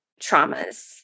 traumas